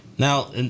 Now